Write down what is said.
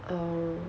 err